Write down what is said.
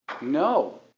No